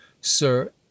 Sir